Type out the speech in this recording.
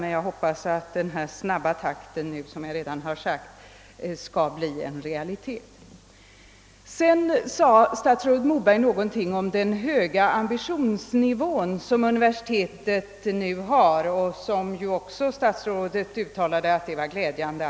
Men jag hoppas i alla fall att den här snabba takten i utbyggnaden som statsrådet nämnde nu skall bli förverkligad. Statsrådet Moberg nämnde också den höga ambitionsnivån hos universitetet som han fann glädjande.